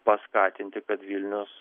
paskatinti kad vilnius